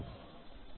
ధన్యవాదాలు